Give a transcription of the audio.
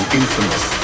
infamous